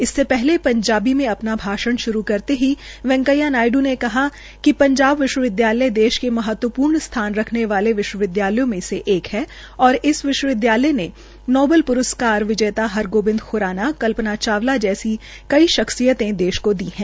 इससे पहले पंजाबी में अपना भाषण शुरू करते ही वैकेंया नायडु ने कहा कि पंजाब विश्वविदयालय देश का महत्वपूर्ण स्थान रखने वाले विश्वविदयालयों में से एक है और इस विश्वविद्यालय ने नोबल प्रस्कार विजेता हरगोबिंद ख्राना कल्पना चावला जैसी कई शख्सियते देश को दी है